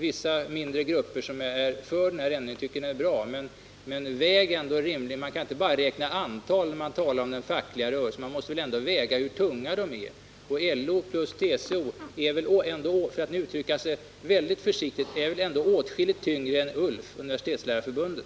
Vissa mindre grupper är för den här ändringen och tycker att den är bra, men när man talar om den fackliga rörelsen kan man ju inte bara räkna antalet organisationer, utan man måste ändå ta hänsyn till hur tunga de är. LO plus TCO måste väl trots allt — för att uttrycka sig mycket försiktigt — sägas väga åtskilligt tyngre än ULF, Universitetslärarförbundet.